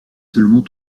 seulement